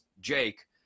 Jake